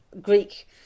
Greek